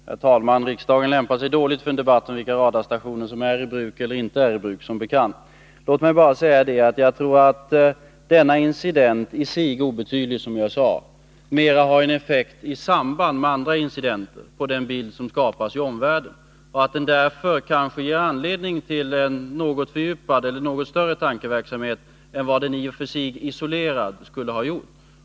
Herr talman! Riksdagen lämpar sig som bekant dåligt för en debatt om vilka radarstationer som är i bruk eller inte är i bruk. Låt mig bara säga att jag tror att denna incident — i sig obetydlig, som jag sade — mera har en effekt i samband med andra incidenter när det gäller den bild som skapas i omvärlden och att den därför kanske ger anledning till en något fördjupad eller något större tankeverksamhet än vad den i och för sig isolerad skulle ha gjort.